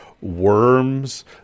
worms